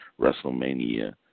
WrestleMania